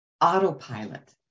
autopilot